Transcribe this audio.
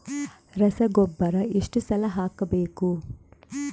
ರಸಗೊಬ್ಬರ ಎಷ್ಟು ಸಲ ಹಾಕಬೇಕು?